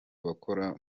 bakora